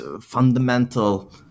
fundamental